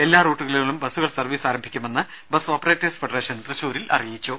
എല്ലാ റൂട്ടുകളിലും ബസുകൾ സർവീസ് ആരംഭിക്കുമെന്ന് ബസ് ഓപറേറ്റേഴ്സ് ഫെഡറേഷൻ തൃശൂരിൽ അറിയിച്ചു